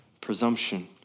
presumption